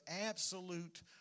absolute